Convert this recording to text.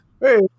hey